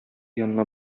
янына